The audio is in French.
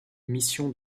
missions